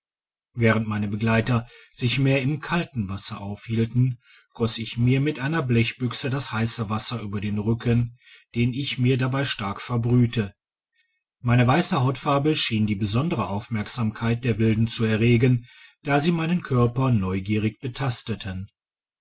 während meine begleiter sich mehr im kalten wasser authielten goss ich mir mit einer blechbüchse das heisse wasser über den rücken den ich mir dabei stark verbrühte meine weisse hautfarbe schien die besondere aufmerksamkeit der wilden zu erregen da sie meinen körper neugierig betasteten